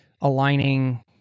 aligning